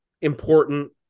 important